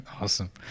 awesome